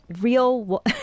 Real